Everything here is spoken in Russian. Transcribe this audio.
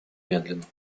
медленно